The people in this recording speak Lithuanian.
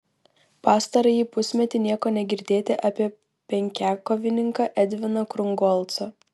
pastarąjį pusmetį nieko negirdėti apie penkiakovininką edviną krungolcą